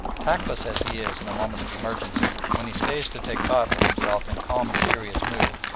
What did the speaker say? tactless as he is in a moment of emergency, when he stays to take thought with himself in calm and serious mood,